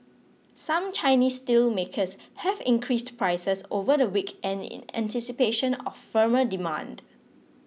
some Chinese steelmakers have increased prices over the week and in anticipation of firmer demand